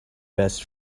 best